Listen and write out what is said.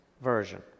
version